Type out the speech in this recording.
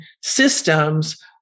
systems